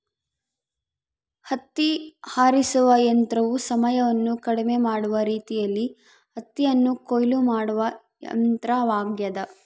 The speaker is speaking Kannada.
ಹತ್ತಿ ಆರಿಸುವ ಯಂತ್ರವು ಸಮಯವನ್ನು ಕಡಿಮೆ ಮಾಡುವ ರೀತಿಯಲ್ಲಿ ಹತ್ತಿಯನ್ನು ಕೊಯ್ಲು ಮಾಡುವ ಯಂತ್ರವಾಗ್ಯದ